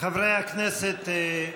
חברי הכנסת,